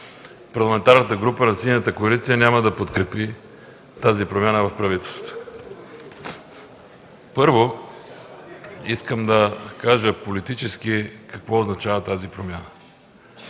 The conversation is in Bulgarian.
Парламентарната група на Синята коалиция няма да подкрепи тази промяна в правителството. Първо, искам да кажа политически какво означава тази промяна.